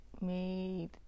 made